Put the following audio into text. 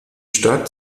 stadt